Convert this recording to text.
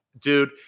dude